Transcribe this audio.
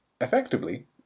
effectively